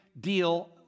deal